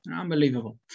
Unbelievable